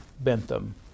Bentham